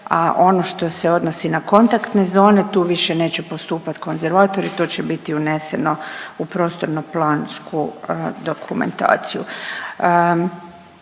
a ono što se odnosi na kontaktne zone tu više neće postupati konzervatori to će bit uneseno u prostorno plansku dokumentaciju.